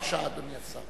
בבקשה, אדוני השר.